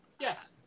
Yes